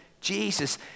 Jesus